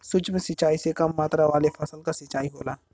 सूक्ष्म सिंचाई से कम मात्रा वाले फसल क सिंचाई होला